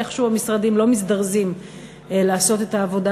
ואיכשהו המשרדים לא מזדרזים לעשות את העבודה